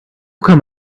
come